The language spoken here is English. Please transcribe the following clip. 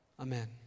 Amen